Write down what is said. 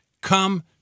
come